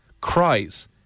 cries